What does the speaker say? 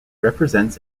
represents